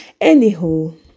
Anywho